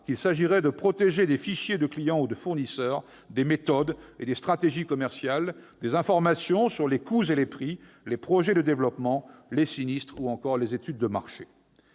qu'il s'agirait de protéger des fichiers de clients ou de fournisseurs, des méthodes et des stratégies commerciales, des informations sur les coûts et les prix, les projets de développement, les sinistres ou encore les études de marché.